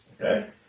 okay